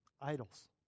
Idols